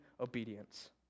obedience